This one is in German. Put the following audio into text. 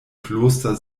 kloster